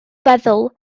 feddwl